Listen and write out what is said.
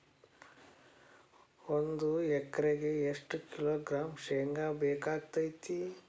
ಒಂದು ಎಕರೆಗೆ ಎಷ್ಟು ಕಿಲೋಗ್ರಾಂ ಶೇಂಗಾ ಬೇಕಾಗತೈತ್ರಿ?